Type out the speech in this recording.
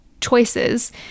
choices